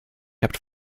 kept